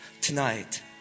tonight